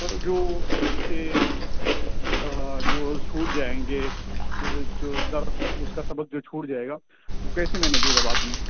سر جو اس کے جو چھوٹ جائیں گے جو درس اس کا سبق جو چھوٹ جائے گا وہ کیسے مینیج ہوگا بعد میں